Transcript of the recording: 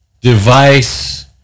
device